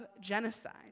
genocide